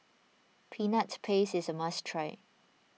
Peanut Paste is a must try